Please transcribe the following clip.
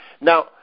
Now